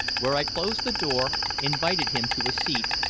where i closed the door, invited him to a seat,